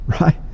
right